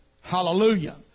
Hallelujah